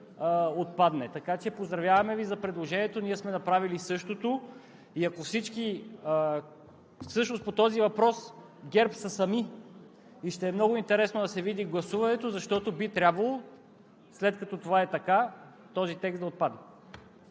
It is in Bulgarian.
отпадне. Поздравяваме Ви за предложението, ние сме направили същото. Всъщност по този въпрос ГЕРБ са сами и ще е много интересно да се види гласуването, защото би трябвало, след като това е така, този текст да отпадне.